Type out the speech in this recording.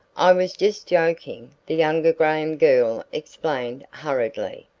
i was just joking, the younger graham girl explained hurriedly.